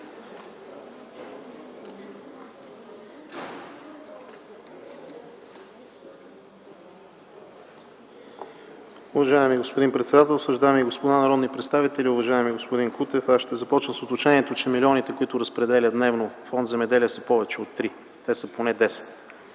Уважаеми господин председателстващ, дами и господа народни представители! Уважаеми господин Кутев, ще започна с уточнението, че милионите, които разпределя дневно Фонд „Земеделие”, са повече от три – те са поне